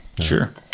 Sure